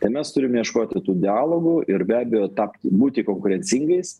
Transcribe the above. tai mes turim ieškoti tų dialogų ir be abejo tapti būti konkurencingais